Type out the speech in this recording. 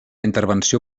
intervenció